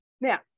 now